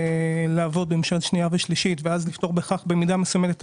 לעבוד במשמרת שנייה ושלישית ובכך במידה מסוימת לפתור את